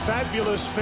Fabulous